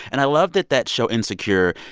and i love that that show, insecure,